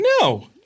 No